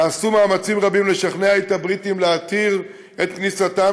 נעשו מאמצים רבים לשכנע את הבריטים להתיר את כניסתם